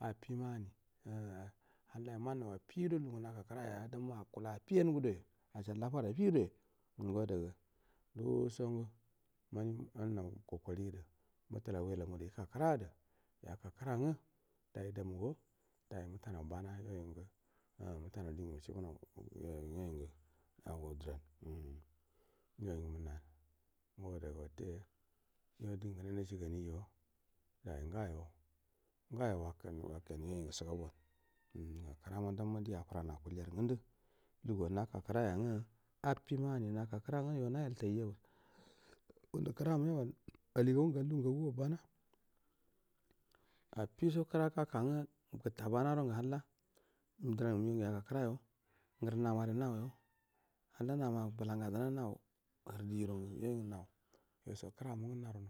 addi mani umm halla yo man nau affido lu gugal naka kraya damma akala affi an daya ashal da faru affidoya ngo da ga ndu shon gum on mman man nau kokari du mutalau wulu mudu ika kradu yaka kra ngu dai damu go dai mu ta nau bono yoi angu wam muta nau din gu mushi bu a au umm yoi ngu mun nan ngo ade ga watte yo din ga kino nashi gani jo anga yo wakman yoi nga shiga bu won umm ga kra ma dan ma di affira nu akutaja ga ru ngudu lugu wan naka kra yang u affima gani naka kra ngu yon a yal tai ja ba ngundu kra mu y aba ali gagu nga gan luha nga gu go bana affiso kra ga ka nga gutta ban aro ngu halla duran migau ngu yak aura yon guru namare nau yo hall ana ma buka nga dan naru nau huru diju ron gu nau yoi ron gu nau.